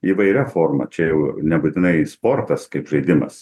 įvairia forma čia jau nebūtinai sportas kaip žaidimas